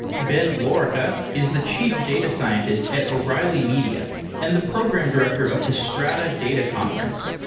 ben lorica is the chief data scientist at o'reilly media and the program director of the strata data conference.